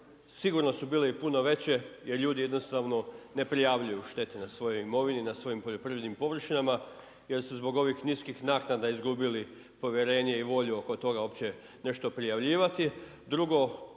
sigurno su bile i puno veće jer ljudi jednostavno ne prijavljuju štete na svojoj imovini, na svojim poljoprivrednim površinama jer su zbog ovih niskih naknada izgubili povjerenje i volju oko toga uopće nešto prijavljivati.